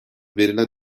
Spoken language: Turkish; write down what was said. verilen